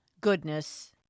goodness